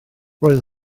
roedd